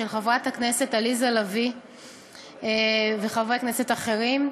של חברת הכנסת עליזה לביא וחברי כנסת אחרים,